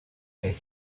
est